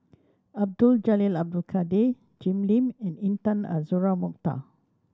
Abdul Jalil Abdul Kadir Jim Lim and Intan Azura Mokhtar